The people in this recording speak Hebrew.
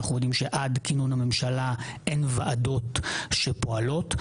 אנחנו יודעים שעד כינון הממשלה אין ועדות שפועלות.